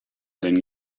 than